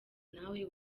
nawe